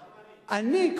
אני,